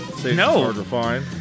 No